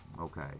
Okay